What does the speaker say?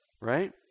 Right